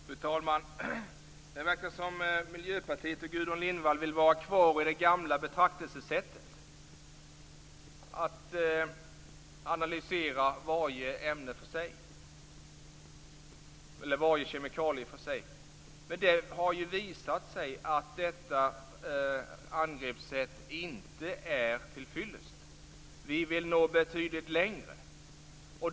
Fru talman! Det verkar som om Miljöpartiet och Gudrun Lindvall vill vara kvar i det gamla betraktelsesättet och analysera varje ämne, varje kemikalie, för sig. Men det har ju visat sig att detta angreppssätt inte är tillfyllest. Vi vill nå betydligt längre.